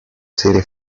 serie